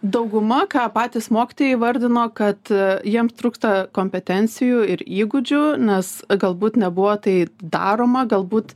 dauguma ką patys mokytojai įvardino kad jiem trūksta kompetencijų ir įgūdžių nes galbūt nebuvo tai daroma galbūt